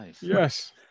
Yes